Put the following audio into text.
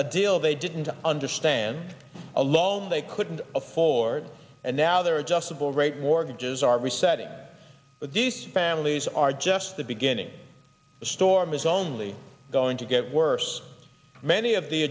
good deal they didn't understand a long they couldn't afford and now they're adjustable rate mortgages are resetting but these families are just the beginning of the storm is only going to get worse many of the